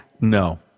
No